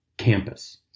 campus